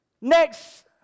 Next